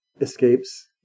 escapes